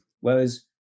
Whereas